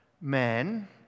man